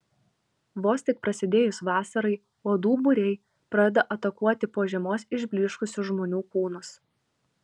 vos tik prasidėjus vasarai uodų būriai pradeda atakuoti po žiemos išblyškusius žmonių kūnus